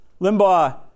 Limbaugh